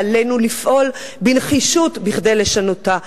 ועלינו לפעול בנחישות כדי לשנותה.